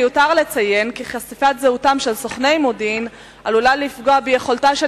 מיותר לציין כי חשיפת זהותם של סוכני מודיעין עלולה לפגוע ביכולתה של